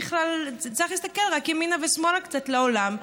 צריך להסתכל רק ימינה ושמאלה קצת לעולם,